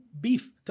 beef